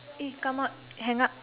eh come out hang up